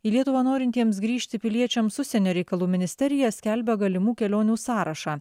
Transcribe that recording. į lietuvą norintiems grįžti piliečiams užsienio reikalų ministerija skelbia galimų kelionių sąrašą